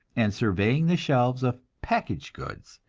and surveying the shelves of package goods,